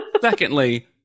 Secondly